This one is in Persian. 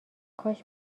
کاش